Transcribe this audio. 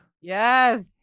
Yes